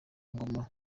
ngoma